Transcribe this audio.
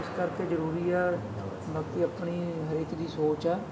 ਇਸ ਕਰਕੇ ਜ਼ਰੂਰੀ ਹੈ ਬਾਕੀ ਆਪਣੀ ਹਰ ਇੱਕ ਦੀ ਸੋਚ ਹੈ